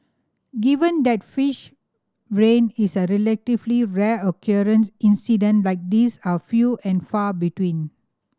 given that fish rain is a relatively rare occurrence incident like these are few and far between